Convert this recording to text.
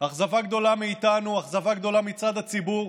אכזבה גדולה מאיתנו, אכזבה גדולה מצד הציבור,